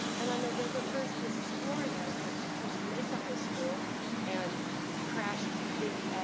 and on november first, mrs fluor and i went to costa mesa high school and crashed the